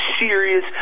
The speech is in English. serious